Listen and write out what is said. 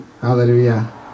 Hallelujah